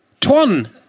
Twan